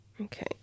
Okay